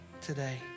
today